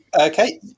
Okay